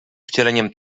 wcieleniem